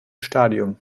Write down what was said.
stadium